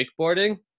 wakeboarding